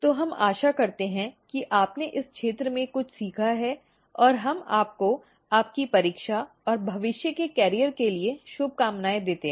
तो हम आशा करते हैं कि आपने इस क्षेत्र में कुछ सीखा है और हम आपको आपकी परीक्षा और भविष्य के कैरियर के लिए शुभकामनाएं देते हैं